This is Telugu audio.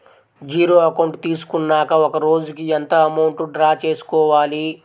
జీరో అకౌంట్ తీసుకున్నాక ఒక రోజుకి ఎంత అమౌంట్ డ్రా చేసుకోవాలి?